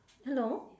hello